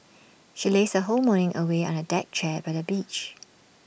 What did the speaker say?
she lazed her whole morning away on A deck chair by the beach